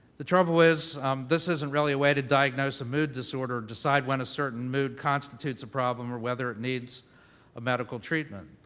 the trouble is this isn't really a way to diagnose a mood disorder and decide when a certain mood constitutes a problem or whether it needs a medical treatment.